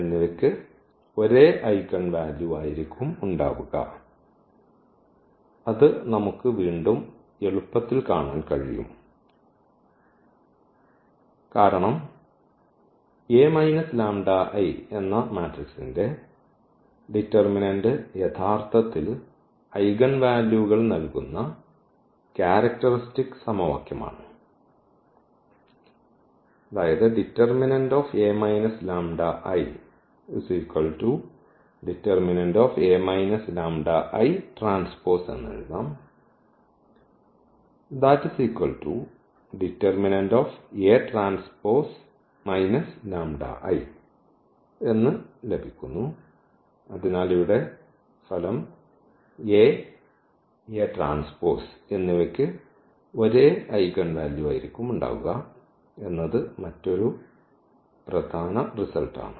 എന്നിവയ്ക്ക് ഒരേ ഐഗൻ വാല്യൂകൾ ആയിരിക്കും ഉണ്ടാവുക അത് നമുക്ക് വീണ്ടും എളുപ്പത്തിൽ കാണാൻ കഴിയും കാരണം ന്റെ ഡിറ്റർമിനന്റ് യഥാർത്ഥത്തിൽ ഐഗൻവാല്യൂസ് നൽകുന്ന ക്യാരക്ടറിസ്റ്റിക് സമവാക്യമാണ് det അതിനാൽ ഇവിടെ ഫലം എന്നിവയ്ക്ക് ഒരേ ഐഗൻവാല്യൂ ഉണ്ടാകും എന്നത് മറ്റൊരു പ്രധാന റിസൾട്ട് ആണ്